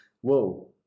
whoa